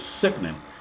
sickening